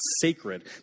sacred